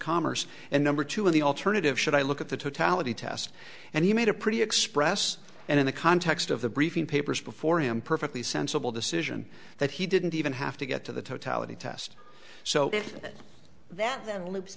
commerce and number two in the alternative should i look at the totality test and he made a pretty express and in the context of the briefing papers before him perfectly sensible decision that he didn't even have to get to the totality test so that th